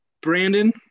Brandon